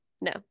no